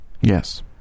Yes